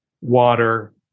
water